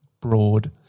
broad